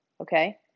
okay